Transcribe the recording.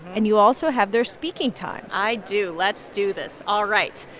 and you also have their speaking time i do. let's do this. all right.